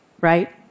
right